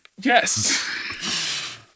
Yes